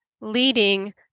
leading